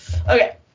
okay